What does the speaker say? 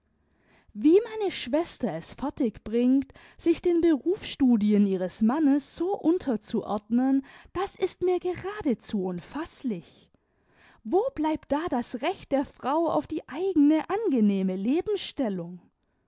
wie meine schwester es fertig bringt sich den berufsstudien ihres mannes so unterzuordnen das ist mir geradezu unfaßlich wo bleibt da das recht der frau auf die eigene angenehme lebensstellung